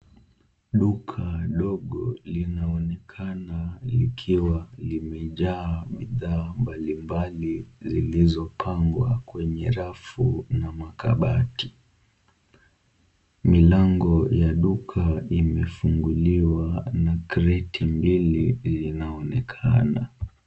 Duka dogo linaonekana likiwa limejaa bidhaa mbali mbali zilizopangwa kwenye rafu na makabati . Milango ya duka imefunguliwa na kreti mbili inaonekana.